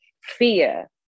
fear